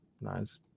nice